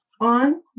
on